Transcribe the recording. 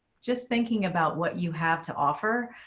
just thinking about what you have to offer.